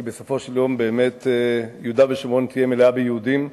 כי בסופו של יום באמת יהודה ושומרון יהיו מלאים ביהודים.